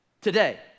today